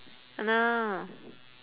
!hanna!